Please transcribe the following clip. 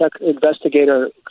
investigator